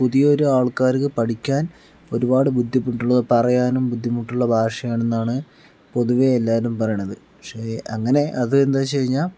പുതിയ ഒരാൾക്കാർക്ക് പഠിക്കാൻ ഒരുപാട് ബുദ്ധിമുട്ടുള്ള പറയാനും ബുദ്ധിമുട്ടുള്ള ഭാഷയാണ് എന്നാണ് പൊതുവേ എല്ലാവരും പറയണത് പക്ഷേ അങ്ങനെ അത് എന്താ വെച്ച് കഴിഞ്ഞാൽ